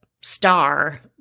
star